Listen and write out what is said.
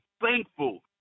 thankful